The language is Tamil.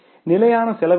எனவே நிலையான செலவு என்ன